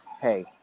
Hey